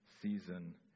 season